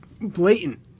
blatant